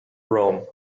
rome